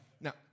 Now